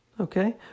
Okay